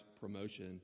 promotion